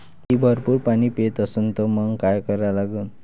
माती भरपूर पाणी पेत असन तर मंग काय करा लागन?